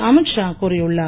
அமித் ஷா கூறியுள்ளார்